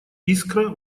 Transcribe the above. искра